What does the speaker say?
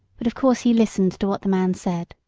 but of course he listened to what the man said,